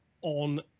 on